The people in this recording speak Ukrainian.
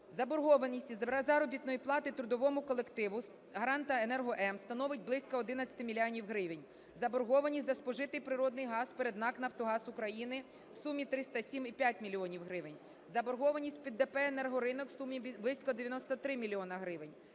Заборгованість заробітної плати трудовому колективу "Гарант Енерго М" становить близько 11 мільйонів гривень. Заборгованість за спожитий природний газ перед НАК "Нафтогаз України" – в сумі 307,5 мільйона гривень. Заборгованість перед ДП "Енергоринок" – у сумі близько 93 мільйони